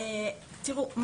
תראו,